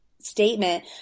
Statement